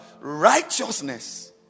righteousness